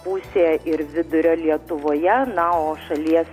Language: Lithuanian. pusėje ir vidurio lietuvoje na o šalies